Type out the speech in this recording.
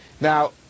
Now